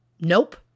Nope